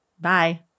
Bye